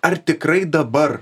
ar tikrai dabar